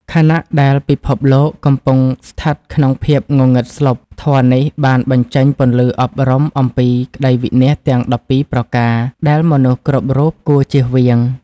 ខណៈដែលពិភពលោកកំពុងស្ថិតក្នុងភាពងងឹតស្លុប ធម៌នេះបានបញ្ចេញពន្លឺអប់រំអំពី ក្ដីវិនាសទាំង ១២ ប្រការ ដែលមនុស្សគ្រប់រូបគួរជៀសវាង។